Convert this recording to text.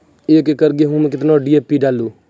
एक एकरऽ गेहूँ मैं कितना डी.ए.पी डालो?